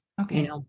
Okay